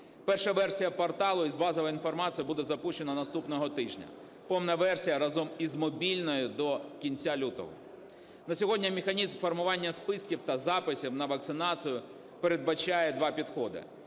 Перша версія порталу з базовою інформацією буде запущено наступного тижня, повна версія разом з мобільною – до кінця лютого. На сьогодні механізм формування списків та записів на вакцинацію передбачає два підходи.